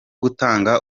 gutanga